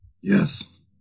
Yes